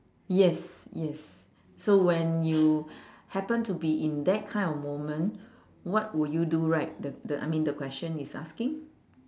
yes yes so when you happen to be in that kind of moment what would you do right the the I mean the question is asking